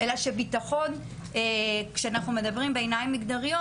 אלא שביטחון כשאנחנו מדברים בעיניים מגדריות,